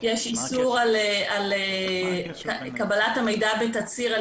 יש איסור על קבלת המידע בתצהיר על